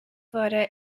wurde